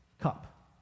cup